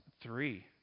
three